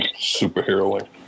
superheroing